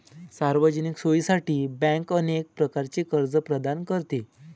सार्वजनिक सोयीसाठी बँक अनेक प्रकारचे कर्ज प्रदान करते